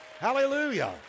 Hallelujah